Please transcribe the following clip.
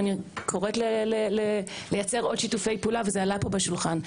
ואני קוראת לייצר עוד שיתופי פעולה וזה עלה פה בשולחן.